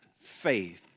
faith